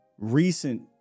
recent